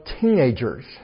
teenagers